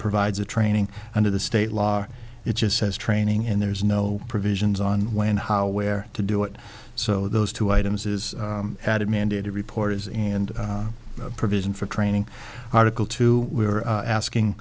provides a training under the state law it just says training and there's no provisions on when how where to do it so those two items is added mandated reporters and provision for training article two we are asking